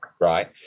right